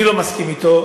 אני לא מסכים אתו.